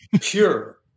pure